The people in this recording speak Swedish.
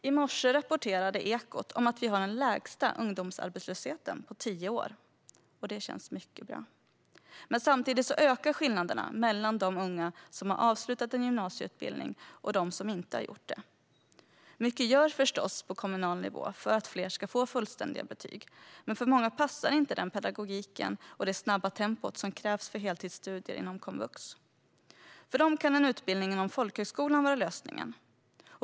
I morse rapporterade Ekot om att vi har den lägsta ungdomsarbetslösheten på tio år. Det känns mycket bra. Samtidigt ökar skillnaderna mellan de unga som har avslutat en gymnasieutbildning och de som inte har gjort det. Mycket görs förstås på kommunal nivå för att fler ska få fullständiga betyg, men för många passar inte den pedagogik och det snabba tempo som krävs för heltidsstudier inom komvux. För dem kan en utbildning inom folkhögskolan vara lösningen.